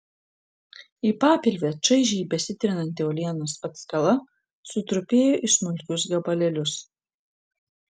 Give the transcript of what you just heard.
į papilvę čaižiai besitrinanti uolienos atskala sutrupėjo į smulkius gabalėlius